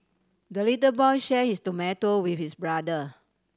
the little boy share his tomato with his brother